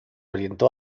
orientó